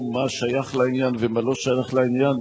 מה שייך לעניין ומה לא שייך לעניין,